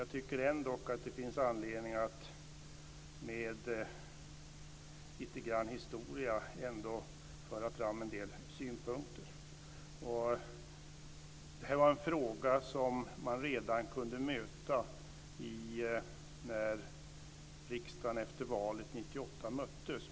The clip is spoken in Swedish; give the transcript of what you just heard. Jag tycker ändå att det finns anledning att med lite grann historia föra fram en del synpunkter. Det här var en fråga som man kunde möta redan när riksdagen samlades efter valet 1998.